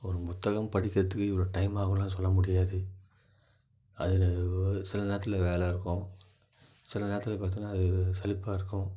ஒரு புத்தகம் படிக்கிறத்துக்கு இவ்வளோ டைம் ஆகும்லாம் சொல்ல முடியாது அதில் ஒரு சில நேரத்தில் வேலை இருக்கும் சில நேரத்தில் பார்த்திங்கன்னா அது சலிப்பாக இருக்கும்